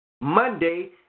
Monday